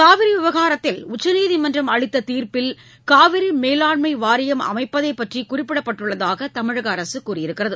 காவிரி விவகாரத்தில் உச்சநீதிமன்றம் அளித்த தீர்ப்பில் காவிரி மேலாண்மை வாரியம் அமைப்பதை பற்றி குறிப்பிடப்பட்டுள்ளதாக தமிழக அரசு கூறியிருக்கிறது